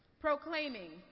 proclaiming